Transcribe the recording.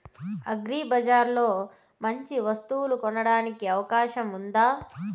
అగ్రిబజార్ లో మంచి వస్తువు కొనడానికి అవకాశం వుందా?